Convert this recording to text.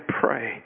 pray